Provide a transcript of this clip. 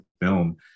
film